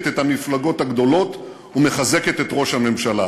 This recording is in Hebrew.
את המפלגות הגדולות ומחזקת את ראש הממשלה.